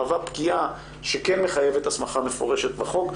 מהווה פגיעה שכן מחייבת הסמכה מפורשת בחוק,